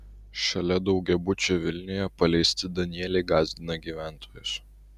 šalia daugiabučio vilniuje paleisti danieliai gąsdina gyventojus